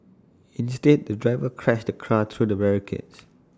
instead the driver crashed the car through the barricades